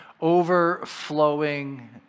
Overflowing